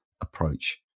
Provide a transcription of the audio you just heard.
approach